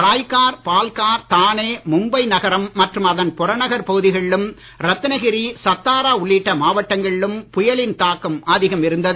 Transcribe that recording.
ராய்கார் பால்கார் தானே மும்பை நகரம் மற்றும் அதன் புறநகர் பகுதிகளிலும் ரத்னகிரி சத்தாரா உள்ளிட்ட மாவட்டங்களிலும் புயலின் தாக்கம் அதிகம் இருந்தது